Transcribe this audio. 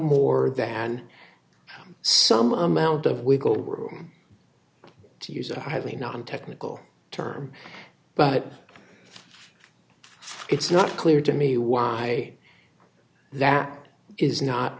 more than some amount of wiggle room to use a highly non technical term but it's not clear to me why that is not